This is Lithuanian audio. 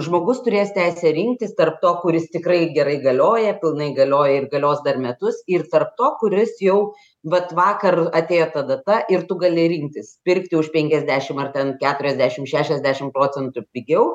žmogus turės teisę rinktis tarp to kuris tikrai gerai galioja pilnai galioja ir galios dar metus ir tarp to kuris jau vat vakar atėjo ta data ir tu gali rinktis pirkti už penkiasdešim ar ten keturiasdešim šešiasdešim procentų pigiau